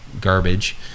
garbage